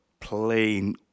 Plain